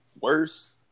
worse